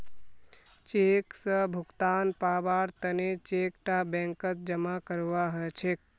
cheque स भुगतान पाबार तने चेक टा बैंकत जमा करवा हछेक